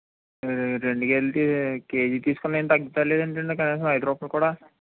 అదే అదే రెండు కేజీలు తీ కేజీ తీసుకున్న ఏమి తగ్గలేదు ఏంటండి కనీసం ఐదు రూపాయలు కూడా